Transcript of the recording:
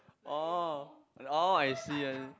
orh and all I see I